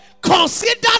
consider